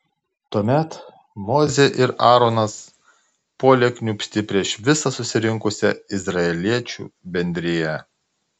tuomet mozė ir aaronas puolė kniūbsti prieš visą susirinkusią izraeliečių bendriją